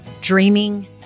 dreaming